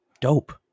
Dope